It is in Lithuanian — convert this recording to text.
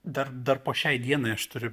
dar dar po šiai dienai aš turiu